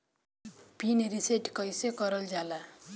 Pin reset कईसे करल जाला?